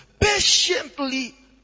Patiently